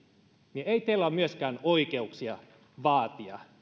niin ei teillä ole myöskään oikeuksia vaatia